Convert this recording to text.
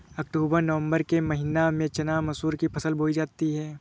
अक्टूबर नवम्बर के महीना में चना मसूर की फसल बोई जाती है?